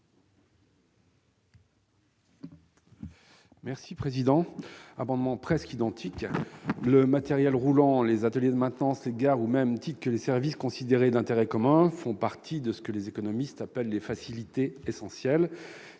pour présenter l'amendement n° 53. Le matériel roulant, les ateliers de maintenance, les gares, au même titre que les services considérés comme d'intérêt commun, font partie de ce que les économistes appellent les « facilités essentielles